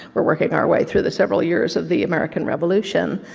we're working our way through the several years of the american revolution,